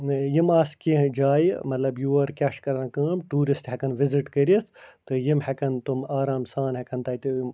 یِم آسہٕ کیٚنٛہہ جایہِ مطلب یور کیٛاہ چھِ کَران کٲم ٹیٛوٗرسٹہٕ ہٮ۪کن وِزِٹ کٔرِتھ تہٕ یِم ہٮ۪کن تِم آرام سان ہٮ۪کن تَتہِ یِم